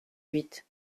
huit